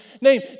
name